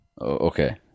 Okay